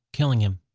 killing him.